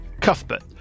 Cuthbert